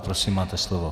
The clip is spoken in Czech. Prosím, máte slovo.